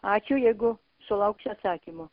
ačiū jeigu sulauksiu atsakymų